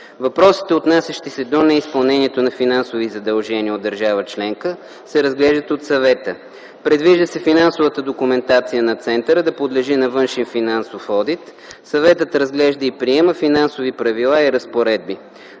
Въпросите, отнасящи се до неизпълнението на финансови задължения от държава членка, се разглеждат от Съвета. Предвижда се финансовата документация на Центъра да подлежи на външен финансов одит. Съветът разглежда и приема финансови правила и разпоредби.